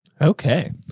Okay